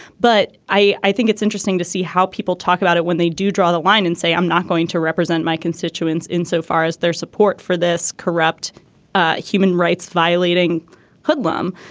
but i think it's interesting to see how people talk about it when they do draw the line and say i'm not going to represent my constituents insofar as their support for this corrupt ah human rights violating them.